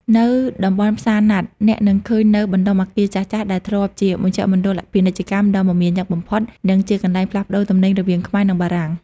នៅតំបន់ផ្សារណាត់ អ្នកនឹងឃើញនូវបណ្តុំអគារចាស់ៗដែលធ្លាប់ជាមជ្ឈមណ្ឌលពាណិជ្ជកម្មដ៏មមាញឹកបំផុត និងជាកន្លែងផ្លាស់ប្តូរទំនិញរវាងខ្មែរ និងបារាំង។